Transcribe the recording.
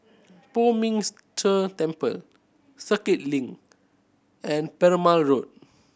Poh Ming Tse Temple Circuit Link and Perumal Road